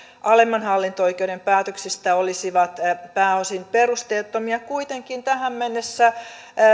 alemman hallinto oikeuden päätöksistä olisivat pääosin perusteettomia kuitenkin tähän mennessä